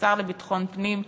לשר לביטחון פנים,